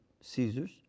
Caesar's